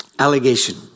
Allegation